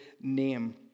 name